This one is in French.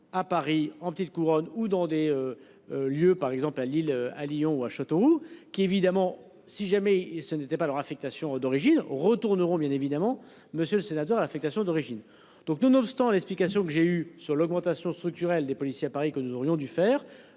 À Paris, en petite couronne, ou dans des. Lieux par exemple à Lille, à Lyon ou à Châteauroux, qui évidemment, si jamais ce n'était pas leur affectation d'origine retourneront, bien évidemment. Monsieur le sénateur, l'affectation d'origine donc, nonobstant l'explication que j'ai eu sur l'augmentation structurelle des policiers à Paris, que nous aurions dû faire,